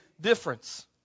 difference